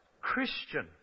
Christian